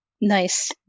Nice